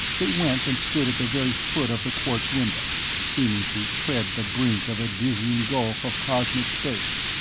they went and stood at the very foot of the quartz window, seeming to tread the brink of a dizzying gulf of cosmic space,